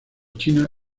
china